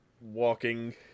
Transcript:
walking